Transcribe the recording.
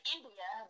India